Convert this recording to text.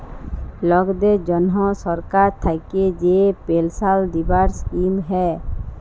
লকদের জনহ সরকার থাক্যে যে পেলসাল দিবার স্কিম হ্যয়